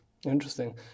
Interesting